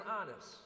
honest